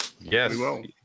yes